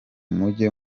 mujye